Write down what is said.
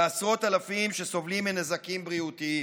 ועשרות אלפים שסובלים מנזקים בריאותיים,